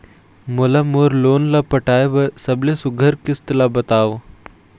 मोला मोर लोन ला पटाए बर सबले सुघ्घर किस्त ला बताव?